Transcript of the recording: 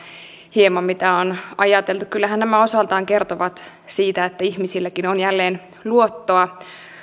hieman siitä mitä on ajateltu kyllähän nämä osaltaan kertovat siitä että ihmisilläkin on jälleen luottoa